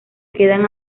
quedan